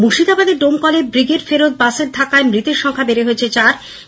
মুর্শিদাবাদের ডোমকলে ব্রিগেড ফেরত বাসের ধাক্কায় মৃতের সংখ্যা বেড়ে চার হয়েছে